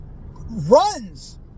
Runs